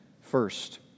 first